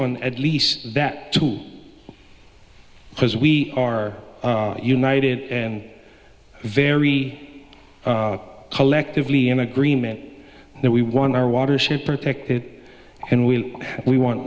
on at least that two because we are united and very collectively in agreement that we want our watership protected and we we want